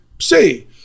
See